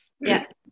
yes